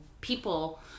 people